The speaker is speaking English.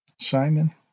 Simon